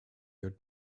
your